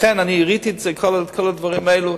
לכן, הראיתי את כל הדברים הללו.